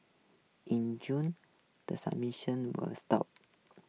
in June the were stopped